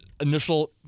initial